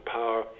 power